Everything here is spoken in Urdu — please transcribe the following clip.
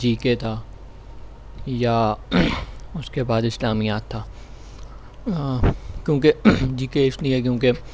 جی کے تھا یا اس کے بعد اسلامیات تھا کیونکہ جی کے اس لئے کیونکہ